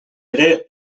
ere